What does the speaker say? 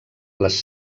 les